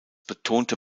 betonte